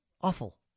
Awful